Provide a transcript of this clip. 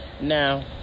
Now